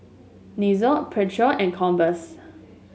Nixon Pedro and Converse